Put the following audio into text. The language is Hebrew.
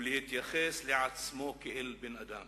ולהתייחס לעצמו כאל בן-אדם